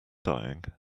dying